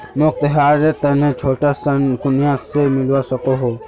मोक त्योहारेर तने छोटा ऋण कुनियाँ से मिलवा सको हो?